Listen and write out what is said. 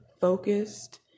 focused